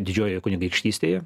didžiojoje kunigaikštystėje